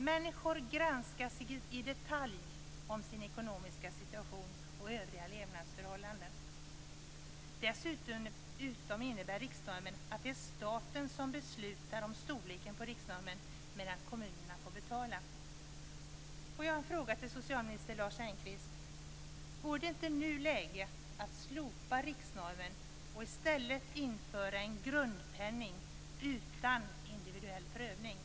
Människors ekonomiska situation och övriga levnadsförhållanden granskas i detalj. Dessutom innebär riksnormen att det är staten som beslutar om storleken på riksnormen medan kommunerna får betala. Är det inte nu läge att slopa riksnormen och i stället införa en grundpenning utan individuell prövning?